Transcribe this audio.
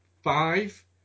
five